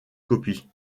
copies